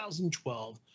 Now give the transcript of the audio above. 2012